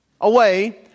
away